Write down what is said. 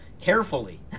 carefully